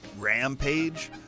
Rampage